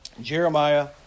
Jeremiah